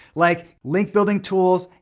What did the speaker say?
like link building tools,